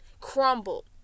Crumbled